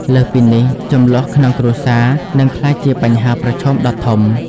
លើសពីនេះ ជម្លោះក្នុងគ្រួសារ នឹងក្លាយជាបញ្ហាប្រឈមដ៏ធំ។